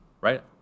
right